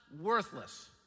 worthless